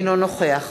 אינו נוכח